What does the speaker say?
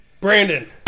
Brandon